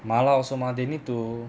麻辣 also mah they need to